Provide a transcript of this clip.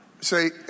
say